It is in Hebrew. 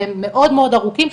והם מאוד ארוכים,